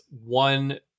one